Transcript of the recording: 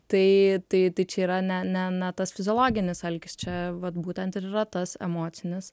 tai tai tai čia yra ne ne ne tas fiziologinis alkis čia vat būtent ir yra tas emocinis